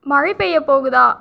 மழை பெய்யப் போகுதா